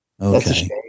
okay